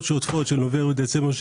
שוטפות של נובמבר דצמבר,